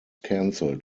cancelled